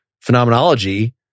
phenomenology